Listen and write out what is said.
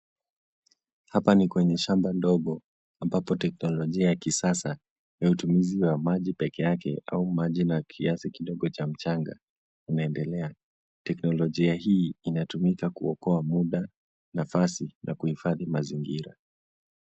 Hapa ni kwenye shamba ndogo ambapo teknolojia ya kisasa ya utumizi wa maji pekee yake au maji na kiasi kidogo cha mchanga inaendelea. Teknolojia hii inatumika kuokoa muda, nafasi na kuhifadhi mazingira.